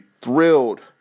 thrilled